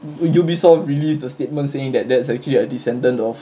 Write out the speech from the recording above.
u~ Ubisoft released a statement saying that that's actually a descendant of